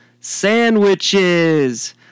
sandwiches